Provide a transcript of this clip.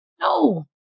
No